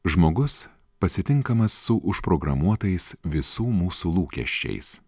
žmogus pasitinkamas su užprogramuotais visų mūsų lūkesčiais